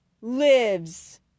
lives